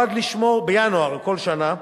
בינואר כל שנה,